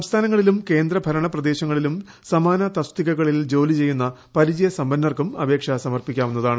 സംസ്ഥാനങ്ങളിലും അവസരം കേന്ദ്ര ഭരണ പ്രദേശങ്ങളിലും സമാന തസ്തികകളിൽ ജോലി ചെയ്യുന്ന പരിചയസമ്പന്നർക്കും അപേക്ഷ സമർപ്പിക്കാവുന്നതാണ്